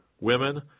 women